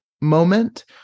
moment